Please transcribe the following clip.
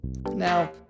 Now